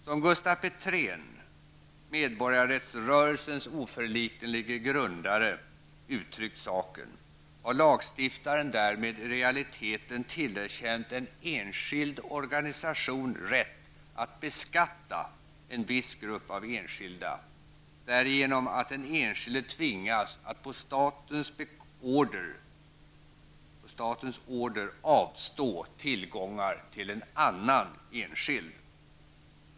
Som Gustaf Petrén -- Medborgarrättsrörelsens oförliknelige grundare -- uttryckt saken har lagstiftaren därmed i realiteten tillerkänt en enskild organisation rätt att beskatta en viss grupp av enskilda, därigenom att den enskilde tvingas att på statens order avstå tillgångar till en annan enskild.